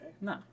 no